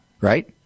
Right